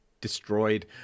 destroyed